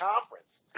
conference